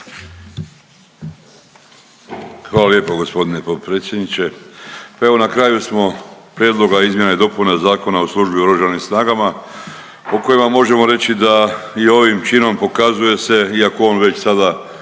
Hvala lijepo g. potpredsjedniče. Pa evo, na kraju smo prijedloga izmjena i dopuna Zakona o službi u Oružanim snagama o kojima možemo reći da je ovim činom pokazuje se, iako on već sada